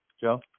Joe